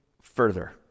further